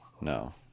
No